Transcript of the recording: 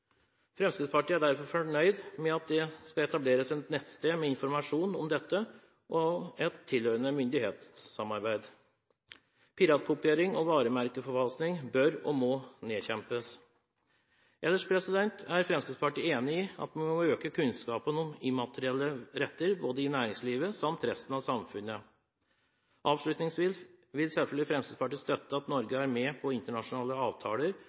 Fremskrittspartiet er derfor fornøyd med at det skal etableres et nettsted med informasjon om dette og et tilhørende myndighetssamarbeid. Piratkopiering og varemerkeforfalskning bør og må nedkjempes. Ellers er Fremskrittspartiet enig i at man må øke kunnskapen om immaterielle retter både i næringslivet og i resten av samfunnet. Avslutningsvis vil Fremskrittspartiet selvfølgelig støtte at Norge er med på internasjonale avtaler